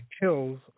kills